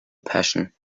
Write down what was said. passion